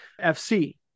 FC